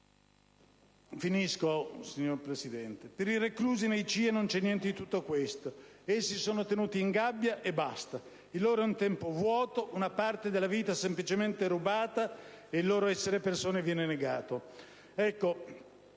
non è solo un numero. Per i reclusi nei CIE, invece, non c'è niente di tutto questo: sono tenuti in gabbia e basta, il loro è un tempo vuoto, una parte della vita semplicemente rubata e il loro essere persone viene negato.